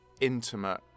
intimate